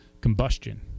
combustion